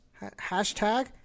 Hashtag